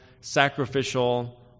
sacrificial